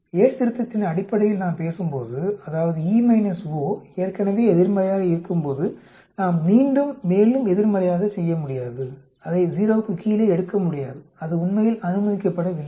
Yates திருத்தத்தின் அடிப்படையில் நாம் பேசும்போது அதாவது E O ஏற்கனவே எதிர்மறையாக இருக்கும்போது நாம் மீண்டும் மேலும் எதிர்மறையாகச் செய்ய முடியாது அதை 0 க்குக் கீழே எடுக்க முடியாது அது உண்மையில் அனுமதிக்கப்படவில்லை